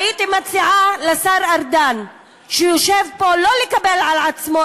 והייתי מציעה לשר ארדן שיושב פה לא לקבל על עצמו